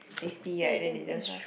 they see right then they just uh